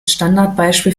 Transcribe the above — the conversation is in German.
standardbeispiel